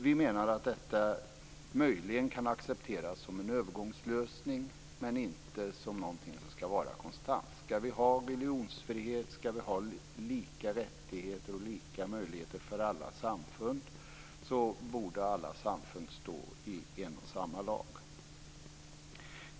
Vi menar att detta möjligen kan accepteras som en övergångslösning men inte som någonting som skall vara konstant. Skall vi ha religionsfrihet, skall vi ha lika rättigheter och lika möjligheter för alla samfund, borde alla samfund stå i en och samma lag.